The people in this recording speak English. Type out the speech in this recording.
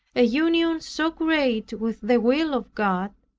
a union so great with the will of god,